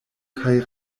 kaj